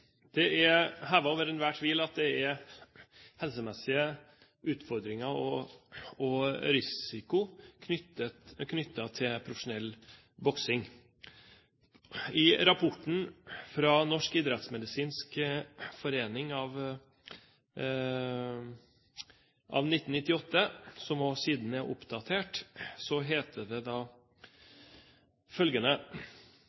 over enhver tvil at det er helsemessige utfordringer og risiko knyttet til profesjonell boksing. I rapporten fra Norsk idrettsmedisinsk forening av 1998 – sidene er oppdatert – heter det: